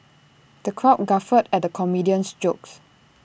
the crowd guffawed at the comedian's jokes